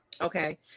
Okay